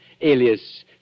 alias